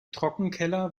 trockenkeller